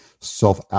self